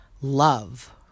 love